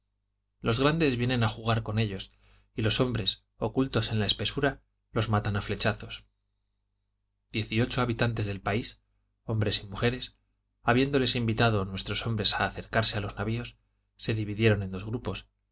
los grandes vienen a jugar con ellos y los hombres ocultos en la espesura los matan a flechazos diez y ocho habitantes del país hombres y mujeres habiéndoles invitado nuestros hombres a acercarse a los navios se dividieron en dos grupos